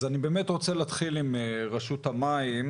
אני באמת רוצה להתחיל עם רשות המים.